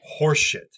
Horseshit